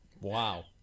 Wow